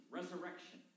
resurrection